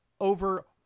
over